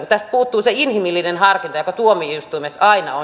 tästä puuttuu se inhimillinen harkinta joka tuomioistuimessa aina on